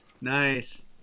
nice